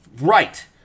right